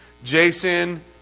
Jason